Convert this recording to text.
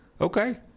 Okay